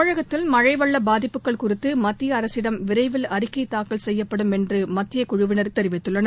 தமிழகத்தில் மழை வெள்ள பாதிப்புகள் குறித்து மத்திய அரசிடம் விரைவில் அறிக்கை தாக்கல் செய்யப்படும் என்று மத்தியக்குழுவினர் தெரிவித்துள்ளனர்